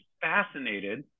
fascinated